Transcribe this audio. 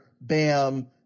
BAM